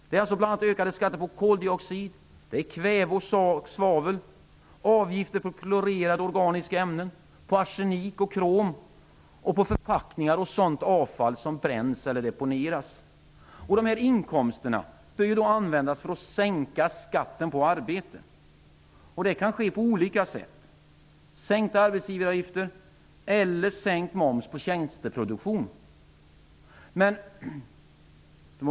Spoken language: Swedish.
Det gäller bl.a. ökade skatter på koldioxid, kväve och svavel liksom avgifter på klorerade organiska ämnen, på arsenik och krom samt på förpackningar och sådant avfall som bränns eller deponeras. Dessa inkomster bör användas för att sänka skatten på arbete. Det kan ske på olika sätt, t.ex. genom sänkta arbetsgivaravgifter eller genom sänkt moms på tjänsteproduktion.